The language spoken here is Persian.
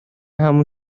همون